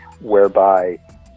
whereby